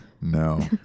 No